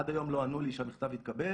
עד היום לא ענו לי שהמכתב התקבל.